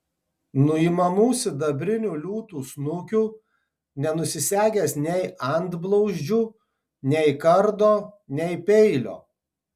nuimamų sidabrinių liūtų snukių nenusisegęs nei antblauzdžių nei kardo nei peilio